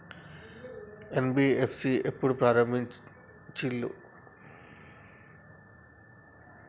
NBFC ఎప్పుడు ప్రారంభించిల్లు?